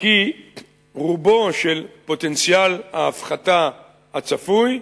כי רובו של פוטנציאל ההפחתה הצפוי,